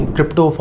Crypto